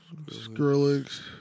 Skrillex